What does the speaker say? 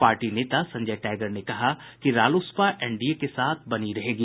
party नेता Sanjay Tiger ने कहा कि रालोसपा एनडीए के साथ ही बनी रहेगी